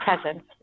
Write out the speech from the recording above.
presence